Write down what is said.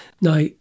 Now